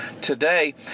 Today